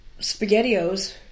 Spaghettios